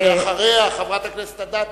אחריה, חברת הכנסת אדטו.